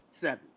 seven